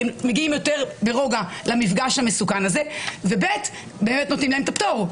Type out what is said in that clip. הם מגיעים יותר ברוגע למפגש המסוכן הזה ונותנים להם את הפטור,